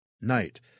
Night